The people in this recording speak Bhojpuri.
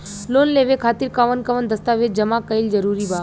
लोन लेवे खातिर कवन कवन दस्तावेज जमा कइल जरूरी बा?